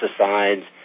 pesticides